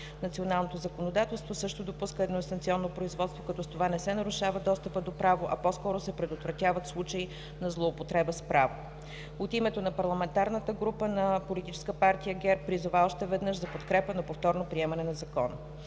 Националното законодателство също допуска едноинстанционно производство, като с това не се нарушава достъпът до право, а по-скоро се предотвратяват случаи на злоупотреба с право. От името на парламентарната група на Политическа партия ГЕРБ призова още веднъж за подкрепа на повторно приемане на Закона.